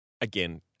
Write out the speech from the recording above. again